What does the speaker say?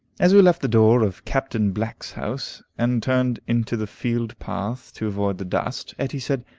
as we left the door of captain black's house, and turned into the field path to avoid the dust, etty said,